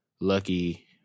lucky